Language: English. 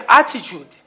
attitude